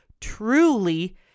truly